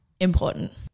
important